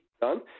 done